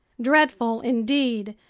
dreadful indeed,